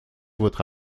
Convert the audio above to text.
votre